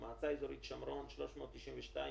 מועצה אזורית שומרון 392,247,